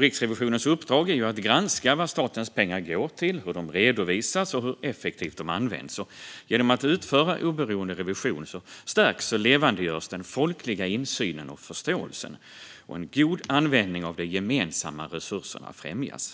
Riksrevisionens uppdrag är att granska vad statens pengar går till, hur de redovisas och hur effektivt de används. Genom att utföra oberoende revision stärks och levandegörs den folkliga insynen och förståelsen, och en god användning av de gemensamma resurserna främjas.